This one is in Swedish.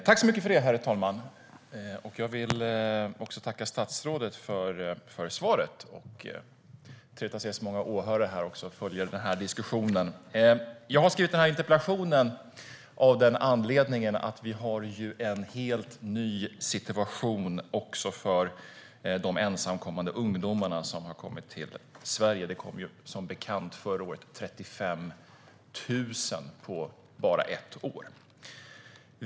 Herr talman! Jag vill tacka statsrådet för svaret. Trevligt också att se att så många åhörare följer den här diskussionen! Jag har skrivit denna interpellation av den anledningen att vi har en helt ny situation gällande de ensamkommande ungdomarna som har kommit till Sverige. Det kom som bekant 35 000 förra året - på bara ett år.